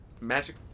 Magic